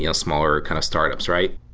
you know smaller kind of startups, right?